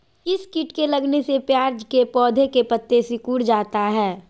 किस किट के लगने से प्याज के पौधे के पत्ते सिकुड़ जाता है?